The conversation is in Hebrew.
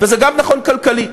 וזה גם נכון כלכלית.